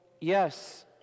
yes